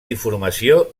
informació